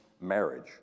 marriage